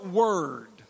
word